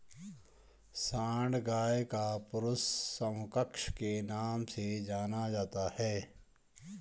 सांड गाय का पुरुष समकक्ष के नाम से जाना जाता है